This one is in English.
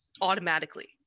automatically